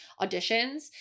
auditions